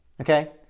okay